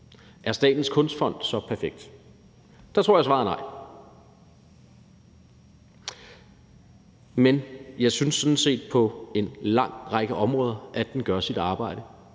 Er Statens Kunstfond så perfekt? Der tror jeg at svaret er nej. Men jeg synes sådan set, at den på en lang række områder gør sit arbejde